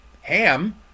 Ham